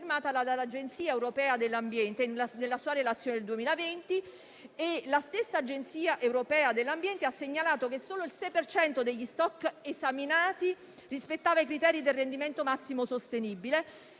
La stessa Agenzia europea dell'ambiente ha segnalato che solo il 6 per cento degli *stock* esaminati rispettava i criteri del rendimento massimo sostenibile.